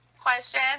question